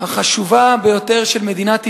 החשובה ביותר של מדינת ישראל,